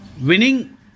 Winning